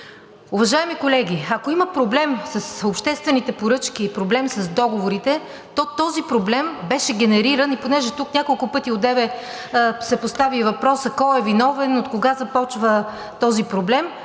Уважаеми колеги, ако има проблем с обществените поръчки и проблем с договорите, то този проблем беше генериран, и понеже тук няколко пъти одеве се постави въпросът – кой е виновен, кога започва този проблем?